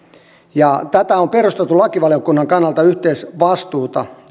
ja tätä on perusteltu lakivaliokunnan kannalta yhteisvastuulla